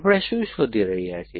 આપણે શું શોધી રહ્યા છીએ